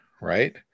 Right